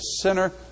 sinner